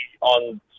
on